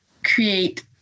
Create